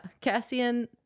Cassian